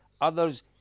Others